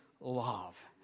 love